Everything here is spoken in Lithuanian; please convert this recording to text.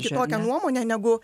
kitokią nuomonę negu